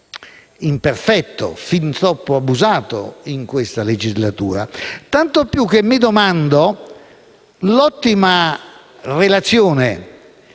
imperfetto, fin troppo abusato in questa legislatura. Tanto più che l'ottima relazione